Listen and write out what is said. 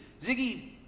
Ziggy